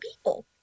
people